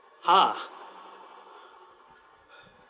!huh!